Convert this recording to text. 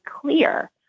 clear